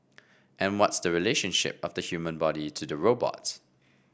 and what's the relationship of the human body to the robot